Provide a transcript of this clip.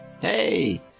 Hey